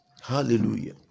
Hallelujah